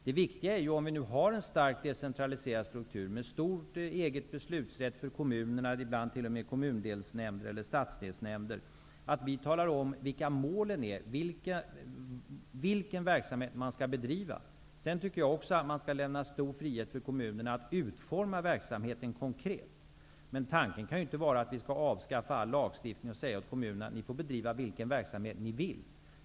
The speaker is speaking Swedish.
Om vi nu har en starkt decentraliserad struktur, med stor egen beslutsrätt för kommunerna, ibland t.o.m. kommundelsnämnder eller stadsdelsnämnder, är det viktigt att vi talar om vilka målen är och vilken verksamhet som skall bedrivas. Jag tycker också att man skall lämna stor frihet åt kommunerna att utforma verksamheten konkret. Men tanken kan inte vara att vi skall avskaffa all lagstiftning och säga till kommunerna att de får bedriva vilken verksamhet de vill.